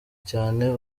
cyane